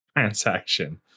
transaction